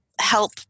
help